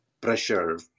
pressure